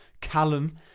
Callum